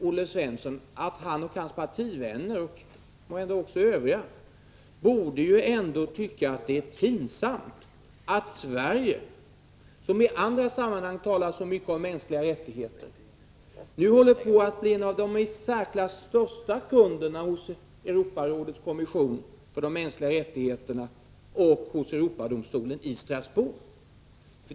Olle Svensson och hans partivänner, och måhända även en del andra, borde ändå tycka att det är pinsamt att Sverige, som i andra sammanhang talar så mycket om mänskliga rättigheter, nu håller på att bli en av de i särklass största kunderna hos Europarådets kommission för de mänskliga rättigheterna och hos Europadomstolen i Strasbourg.